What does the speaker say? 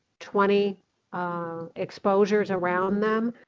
twenty exposures around them.